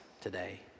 today